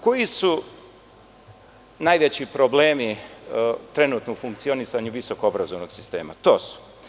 Koji su najveći problemi u funkcionisanju visokoobrazovnog sistema trenutno?